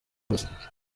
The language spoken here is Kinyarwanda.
gusa